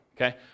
Okay